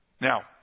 Now